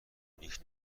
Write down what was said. نیک